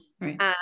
right